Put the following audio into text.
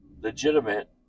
legitimate